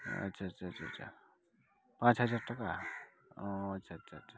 ᱟᱪᱪᱷᱟ ᱟᱪᱪᱷᱟ ᱟᱪᱪᱷᱟ ᱟᱪᱪᱷᱟ ᱯᱟᱸᱪ ᱦᱟᱡᱟᱨ ᱴᱟᱠᱟ ᱚ ᱟᱪᱪᱷᱟ ᱟᱪᱪᱷᱟ ᱟᱪᱪᱷᱟ